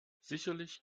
sicherlich